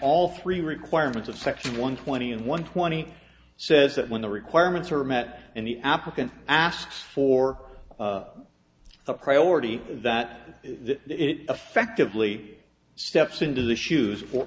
all three requirements of section one twenty and one twenty says that when the requirements are met and the applicant asks for a priority that effectively steps into the shoes for